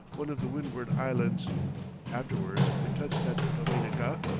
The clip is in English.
one of the windward islands afterwards they touched at dominica,